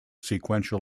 sequential